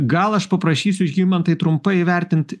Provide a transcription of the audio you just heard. gal aš paprašysiu žymantai trumpai įvertinti